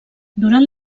durant